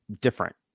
Different